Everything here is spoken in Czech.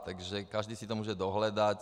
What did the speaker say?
Takže každý si to může dohledat.